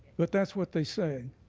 but that's what they say.